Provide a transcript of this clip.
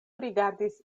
rigardis